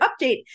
update